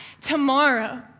tomorrow